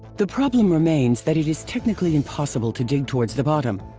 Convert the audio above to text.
the problem remains that it is technically impossible to dig towards the bottom!